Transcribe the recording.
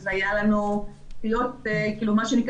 אז היה לנו צפיות מלאות,